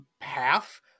half